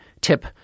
Tip